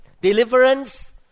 deliverance